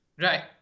Right